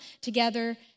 together